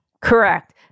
Correct